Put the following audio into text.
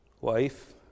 Wife